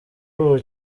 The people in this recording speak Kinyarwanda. ubu